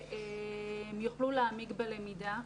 שהם יוכלו להעמיק בלמידה.